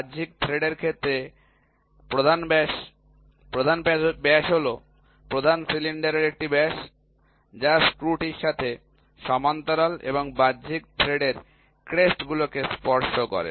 বাহ্যিক থ্রেডের ক্ষেত্রে প্রধান ব্যাস প্রধান ব্যাস হল প্রধান সিলিন্ডারের একটি ব্যাস যা স্ক্রুটির সাথে সমান্তরাল এবং বাহ্যিক থ্রেডের ক্রেস্ট গুলোকে স্পর্শ করে